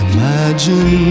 Imagine